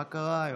מה קרה היום?